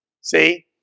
See